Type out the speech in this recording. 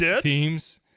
teams